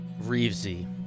Reevesy